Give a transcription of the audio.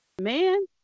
Man